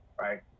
right